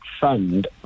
fund